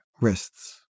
wrists